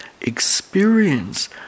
experience